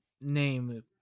name